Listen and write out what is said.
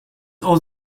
are